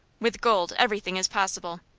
with gold everything is possible.